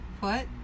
foot